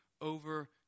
over